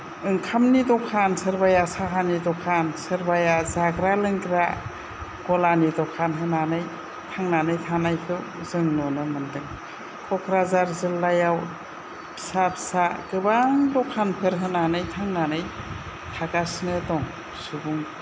ओंखामनि दखान सोरबाया साहानि दखान सोरबाया जाग्रा लोंग्रा गलानि दखान होनानै थांनानै थानायखौ जों नुनो मोन्दों क'क्राझार जिल्लायाव फिसा फिसा गोबां दखानफोर होनानै थांनानै थागासिनो दं सुबुंफ्रा